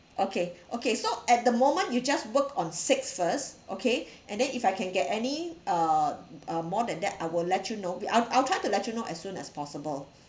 okay okay so at the moment you just work on six first okay and then if I can get any uh uh more than that I will let you know I'll I'll try to let you know as soon as possible